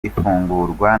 ifungurwa